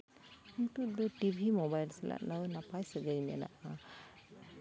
ᱱᱤᱛᱳᱜ ᱫᱚ TV mobile ᱥᱟᱞᱟᱜ ᱱᱟᱯᱟᱭ ᱥᱟᱹᱜᱟᱹᱭ ᱢᱮᱱᱟᱜᱼᱟ